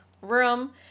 room